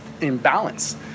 imbalance